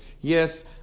yes